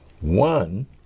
One